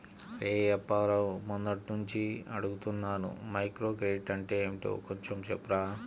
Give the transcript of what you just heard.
రేయ్ అప్పారావు, మొన్నట్నుంచి అడుగుతున్నాను మైక్రోక్రెడిట్ అంటే ఏంటో కొంచెం చెప్పురా